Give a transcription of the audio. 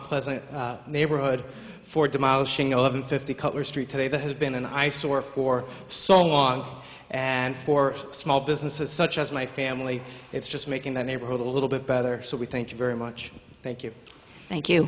pleasant neighborhood for demolishing eleven fifty cutler street today that has been an eyesore for so long and for small businesses such as my family it's just making the neighborhood a little bit better so we thank you very much th